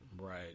Right